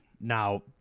now